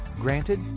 Granted